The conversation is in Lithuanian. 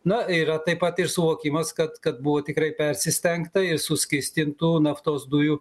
na yra taip pat ir suvokimas kad kad buvo tikrai persistengta ir suskystintų naftos dujų